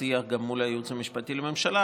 גם בשיח מול הייעוץ המשפטי לממשלה,